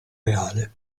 reale